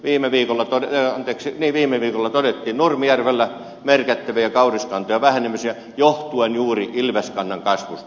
viime viikolla todettiin nurmijärvellä merkittäviä kauriskantojen vähenemisiä johtuen juuri ilveskannan kasvusta